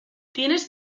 tienes